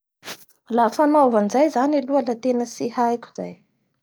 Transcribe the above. La ny fanaova anizay zany aloha la tena tsy haiko zay.